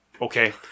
Okay